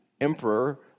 emperor